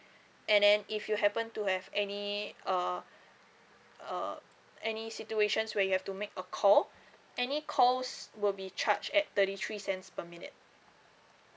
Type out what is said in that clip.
and then if you happen to have any uh uh any situations where you have to make a call any calls will be charged at thirty three cents per minute